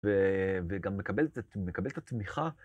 וגם מקבל את התמיכה